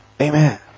Amen